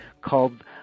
called